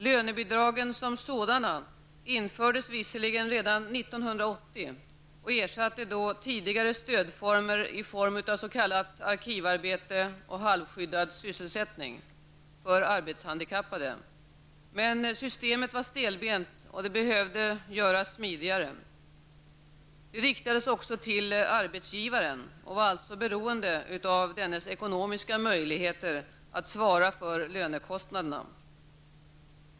Lönebidragen som sådana infördes visserligen redan 1980 och ersatte tidigare stödformer i form av s.k. arkivarbete och halvskyddad sysselsättning för arbetshandikappade. Men systemet var stelbent och behövde göras smidigare. Det riktades också till arbetsgivaren och var således beroende av dennes ekonomiska möjligheter att svara för lönekostnaderna.